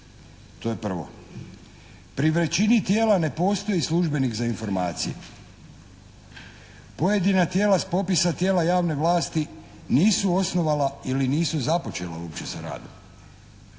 informacije. Pri većini tijela ne postoji službenik za informacije. Pojedina tijela s popisa tijela javne vlasti nisu osnovala ili nisu započela uopće sa radom.